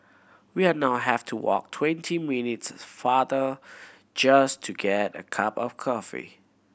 we are now have to walk twenty minutes farther just to get a cup of coffee